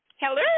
hello